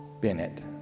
Bennett